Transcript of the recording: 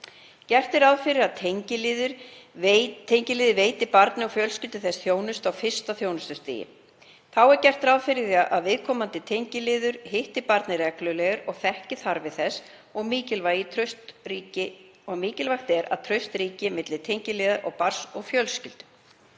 Gert er ráð fyrir að tengiliðir veiti barni og fjölskyldu þess þjónustu á fyrsta þjónustustigi. Þá er gert ráð fyrir því að viðkomandi tengiliður hitti barnið reglulega og þekki þarfir þess og er mikilvægt að traust ríki á milli tengiliðar og barns og fjölskyldu.